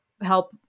help